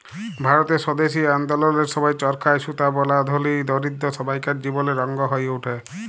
ভারতের স্বদেশী আল্দললের সময় চরখায় সুতা বলা ধলি, দরিদ্দ সব্বাইকার জীবলের অংগ হঁয়ে উঠে